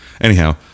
Anyhow